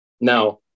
Now